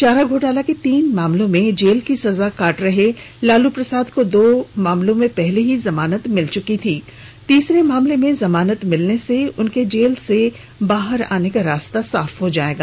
चारा घोटाला के तीन मामलों में जेल की सजा काट रहे लालू प्रसाद को दो मामलों में पहले ही जमानत मिल चुकी थी तीसरे मामले में जमानत मिलने से उनके जेल बाहर आने का रास्ता साफ हो गया है